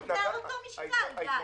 זה על אותו משקל, גיא.